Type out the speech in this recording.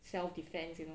self defense you know